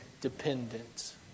dependent